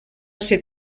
ser